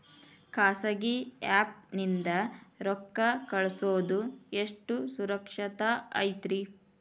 ಖಾಸಗಿ ಆ್ಯಪ್ ನಿಂದ ರೊಕ್ಕ ಕಳ್ಸೋದು ಎಷ್ಟ ಸುರಕ್ಷತಾ ಐತ್ರಿ?